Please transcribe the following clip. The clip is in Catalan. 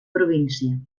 província